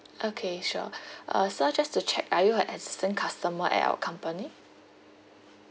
okay sure uh so just to check are you a existing customer at our company